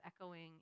echoing